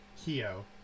Kyo